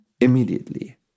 immediately